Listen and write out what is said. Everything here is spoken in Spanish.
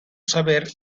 saber